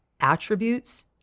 attributes